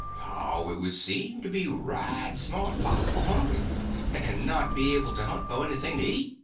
how it would seem to be right smart powerful hungry and not be able to hunt fo' anything to eat.